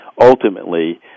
ultimately